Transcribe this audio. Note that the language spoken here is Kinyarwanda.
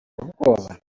ubwoba